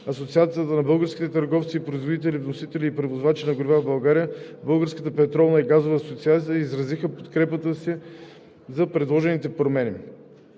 Асоциацията на българските търговци, производители, вносители и превозвачи на горива и Българската петролна и газова асоциация, изразиха подкрепата си за предложените промени.